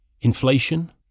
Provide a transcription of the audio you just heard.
Inflation